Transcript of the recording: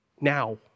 now